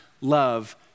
love